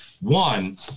One